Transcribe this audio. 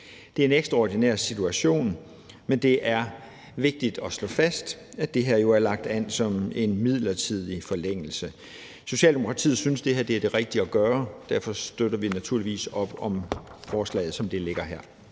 Det er en ekstraordinær situation, men det er vigtigt at slå fast, at det her jo er lagt an som en midlertidig forlængelse. Socialdemokratiet synes, at det her er det rigtige at gøre, og derfor støtter vi naturligvis op om forslaget, som det ligger her.